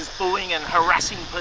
bullying and harassing